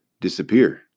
disappear